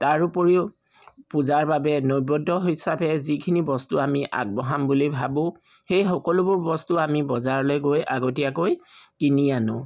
তাৰ উপৰিও পূজাৰ বাবে নৈবেদ্য হিচাপে যিখিনি বস্তু আমি আগবঢ়াম বুলি ভাবোঁ সেই সকলোবোৰ বস্তু আমি বজাৰলৈ গৈ আগতিয়াকৈ কিনি আনো